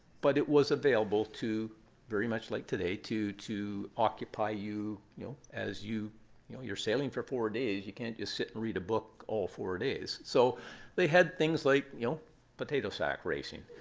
but it was available to very much like today to to occupy you know as you you know you're sailing for four days. you can't just sit and read a book all four days. so they had things like you know potato sack racing.